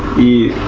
the